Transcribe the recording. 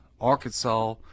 Arkansas